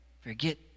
forget